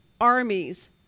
armies